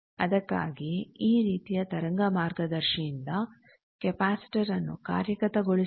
ಅದಕ್ಕಾಗಿಯೇ ಈ ರೀತಿಯ ತರಂಗ ಮಾರ್ಗದರ್ಶಿಯಿಂದ ಕೆಪಾಸಿಟರ್ ನ್ನು ಕಾರ್ಯಗತಗೊಳಿಸಬಹುದು